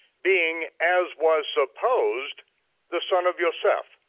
being as was supposed the son of yoseph,